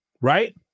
right